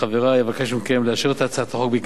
אבקש מכם לאשר את הצעת החוק בקריאה ראשונה